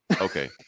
Okay